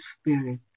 spirit